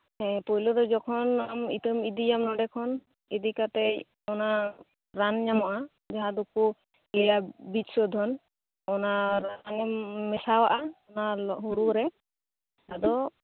ᱦᱮᱸ ᱯᱳᱭᱞᱳ ᱫᱚ ᱡᱚᱠᱷᱚᱱ ᱟᱢ ᱤᱛᱟᱹᱢ ᱤᱫᱤᱭᱟ ᱱᱚᱰᱮ ᱠᱷᱚᱱ ᱤᱫᱤ ᱠᱟᱛᱮᱜ ᱚᱱᱟ ᱨᱟᱱ ᱧᱟᱢᱚᱜᱼᱟ ᱡᱟᱦᱟᱸ ᱫᱚᱠᱚ ᱞᱟᱹᱭᱟ ᱵᱤᱡᱽ ᱥᱳᱫᱷᱳᱱ ᱨᱟᱱᱮᱢ ᱨᱟᱱᱮᱢ ᱢᱮᱥᱟᱣᱟᱜᱼᱟ ᱚᱱᱟ ᱦᱩᱲᱩ ᱨᱮ ᱟᱫᱚ